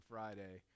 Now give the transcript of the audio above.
Friday